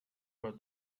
were